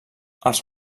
els